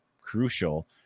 crucial